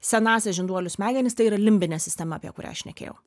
senąsias žinduolių smegenis tai yra limbinė sistema apie kurią aš šnekėjau